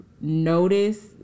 Notice